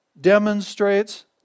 demonstrates